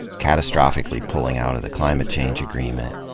catastrophically pulling out of the climate change agreement,